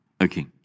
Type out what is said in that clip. Okay